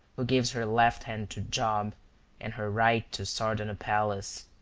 who gives her left hand to job and her right to sardanapalus.